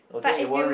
but if you